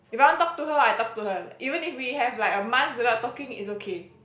if I want to talk to her I talk to her even if we have like a month without talking it's okay